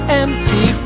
empty